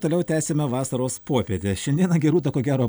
toliau tęsiame vasaros puopietę šiandieną gerūta ko gero